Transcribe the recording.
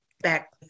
back